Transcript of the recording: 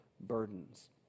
burdens